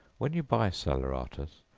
when you buy salaeratus,